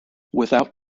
without